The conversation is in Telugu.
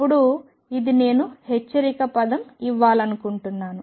ఇప్పుడు ఇది నేను హెచ్చరిక పదం ఇవ్వాలనుకుంటున్నాను